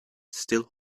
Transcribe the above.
still